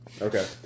Okay